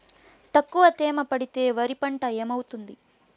తక్కువ తేమ పెడితే వరి పంట ఏమవుతుంది